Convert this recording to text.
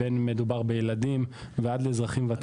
בין אם מדובר בילדים ובין אם מדובר באזרחים ותיקים.